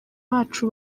bacu